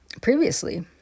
previously